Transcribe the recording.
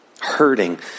Hurting